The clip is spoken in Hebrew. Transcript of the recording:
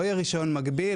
לא יהיה רישיון מקביל,